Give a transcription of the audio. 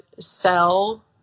sell